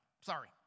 Sorry